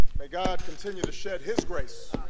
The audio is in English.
may god continue to shed his grace